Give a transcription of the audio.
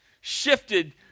shifted